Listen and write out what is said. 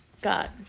got